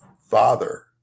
father